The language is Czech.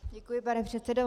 Děkuji, pane předsedo.